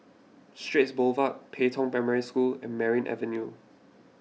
Straits Boulevard Pei Tong Primary School and Merryn Avenue